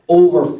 over